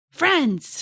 friends